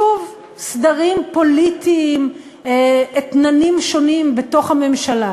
שוב סדרים פוליטיים, אתננים שונים בתוך הממשלה.